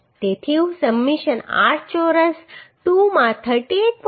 તેથી હું submission r ચોરસ 2 માં 38